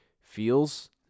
feels